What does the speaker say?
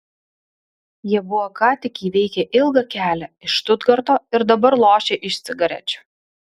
jie buvo ką tik įveikę ilgą kelią iš štutgarto ir dabar lošė iš cigarečių